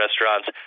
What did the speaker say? restaurants